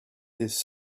his